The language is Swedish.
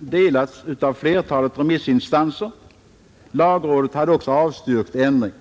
delades också av flertalet remissinstanser. Även lagrådet hade avstyrkt ändring.